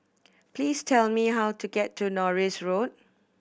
please tell me how to get to Norris Road